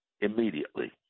Immediately